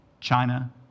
China